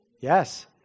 Yes